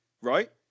right